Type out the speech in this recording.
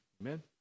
amen